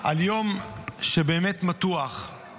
על יום באמת מתוח,